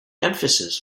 emphasis